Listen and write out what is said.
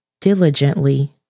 diligently